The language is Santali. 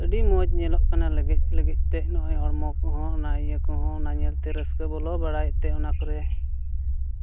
ᱟᱹᱰᱤ ᱢᱚᱡᱽ ᱧᱮᱞᱚᱜ ᱠᱟᱱᱟ ᱞᱮᱜᱮᱡ ᱞᱮᱜᱮᱡ ᱛᱮᱫ ᱱᱚᱜᱼᱚᱸᱭ ᱦᱚᱲᱢᱚ ᱠᱚ ᱦᱚᱸ ᱚᱱᱟ ᱤᱭᱟᱹ ᱠᱚ ᱦᱚᱸ ᱚᱱᱟ ᱧᱮᱞᱛᱮ ᱨᱟᱹᱥᱠᱟᱹ ᱵᱚᱞᱚ ᱵᱟᱲᱟᱭᱮᱫᱛᱮ ᱚᱱᱟ ᱠᱚᱨᱮ